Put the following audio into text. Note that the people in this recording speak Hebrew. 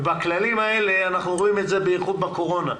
ובכללים האלה, אנחנו רואים את זה בייחוד בקורונה.